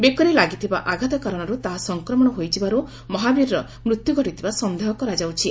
ବେକରେ ଲାଗିଥିବା ଆଘାତ କାରଶରୁ ତାହା ସଂକ୍ରମଶ ହୋଇଯିବାରୁ ମହାବୀରର ମୃତ୍ୟୁ ଘଟିଥିବା ସନ୍ଦେହ କରାଯାଉଛି